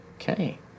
Okay